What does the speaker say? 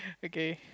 okay